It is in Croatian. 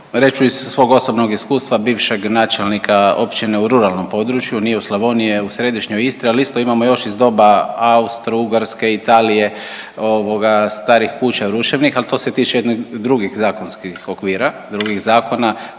ću iz svog osobnog iskustva bivšeg načelnika općine u ruralnom području, nije u Slavonije, u središnjoj Istri, ali isto imamo još iz doba Austro-Ugarske, Italije, ovoga, starih kuća, ruševnih, ali to se tiče jednih drugih zakonskih okvira, drugih zakona,